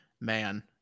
Man